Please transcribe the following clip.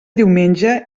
diumenge